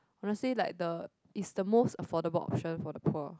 honestly like the is the most affordable option for the poor